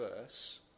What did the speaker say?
verse